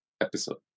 episode